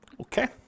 Okay